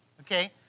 okay